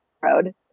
road